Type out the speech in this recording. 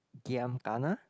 Giam Kana